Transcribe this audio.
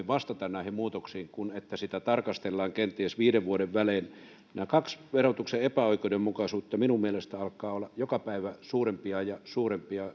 vastata näihin muutoksiin vähän nopeammin kuin niin että sitä tarkastellaan kenties viiden vuoden välein nämä kaksi verotuksen epäoikeudenmukaisuutta minun mielestäni alkavat olla joka päivä suurempia ja suurempia